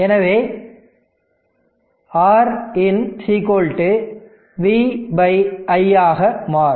எனவே Rin V i ஆக மாறும்